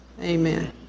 Amen